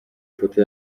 foto